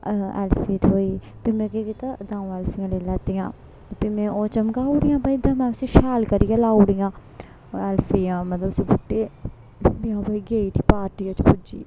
ऐल्फी थ्होई फ्ही में केह् कीता द'ऊं ऐल्फियां लेई लैतियां ते फ्ही में ओह् चमकाउड़ेआ दोऐ ते में उसी शैल करियै लाउड़ियां ऐल्फियां मतलब उसी बूटै गी अम्मी गेई उठी पार्टी च पुज्जी